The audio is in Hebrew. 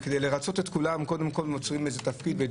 כדי לרצות את כולם, יוצרים תפקיד.